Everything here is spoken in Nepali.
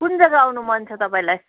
कुन जग्गा आउनु मन छ तपाईँलाई